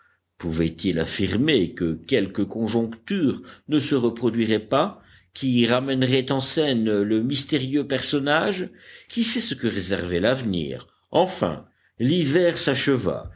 pouvait-il affirmer que quelque conjoncture ne se reproduirait pas qui ramènerait en scène le mystérieux personnage qui sait ce que réservait l'avenir enfin l'hiver